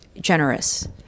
generous